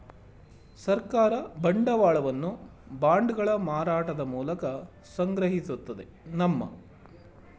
ಸರ್ಕಾರ ಬಂಡವಾಳವನ್ನು ಬಾಂಡ್ಗಳ ಮಾರಾಟದ ಮೂಲಕ ಸಂಗ್ರಹಿಸುತ್ತದೆ ನಮ್ಮ